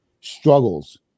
struggles